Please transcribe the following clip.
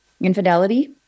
infidelity